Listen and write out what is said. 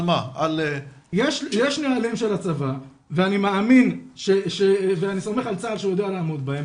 יש נהלים של הצבא ואני סומך על צבא ההגנה לישראל שהוא יודע לעמוד בהם.